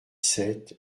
sept